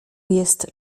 jest